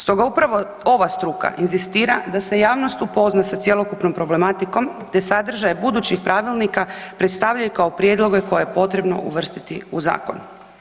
Stoga upravo ova struka inzistira da se javnost upozna sa cjelokupnom problematikom te sadržaje budućih pravilnika predstavljaju kao prijedloge koje je posebno uvrstiti u zakone.